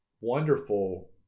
wonderful